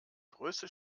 größte